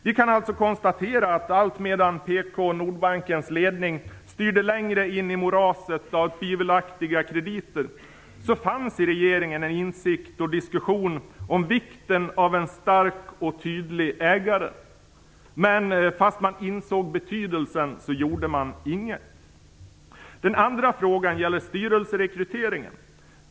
Vi kan alltså konstatera att alltmedan PK bankens/Nordbankens ledning styrde längre in i moraset av tvivelaktiga krediter, fanns i regeringen en insikt och diskussion om vikten av en stark och tydlig ägare. Men man gjorde inget, fast man insåg betydelsen. Den andra frågan gäller styrelserekryteringen.